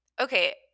okay